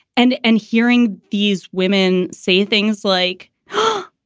and and hearing these women say things like, oh,